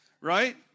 Right